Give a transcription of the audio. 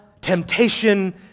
temptation